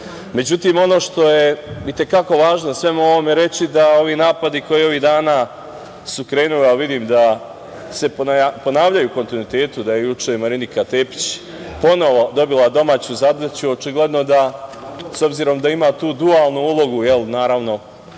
Srpske.Međutim, ono što je i te kako važno u svemu ovome reći jeste da ovi napadi koji su ovih dana krenuli, a vidim da se ponavljaju u kontinuitetu, da je juče Marinika Tepić ponovo dobila domaću zadaću, očigledno da, s obzirom da ima tu dualnu ulogu, je l',